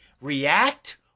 react